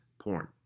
porn